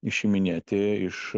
išiminėti iš